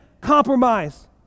compromise